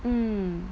mm